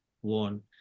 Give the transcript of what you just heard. one